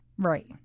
Right